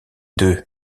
deux